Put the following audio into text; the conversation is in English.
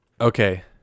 Okay